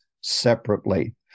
separately